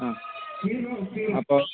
ആ അപ്പോൾ